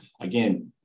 again